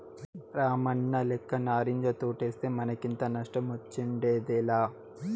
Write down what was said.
రామన్నలెక్క నారింజ తోటేస్తే మనకింత నష్టమొచ్చుండేదేలా